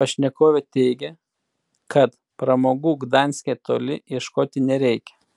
pašnekovė teigė kad pramogų gdanske toli ieškoti nereikia